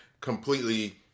completely